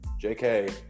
JK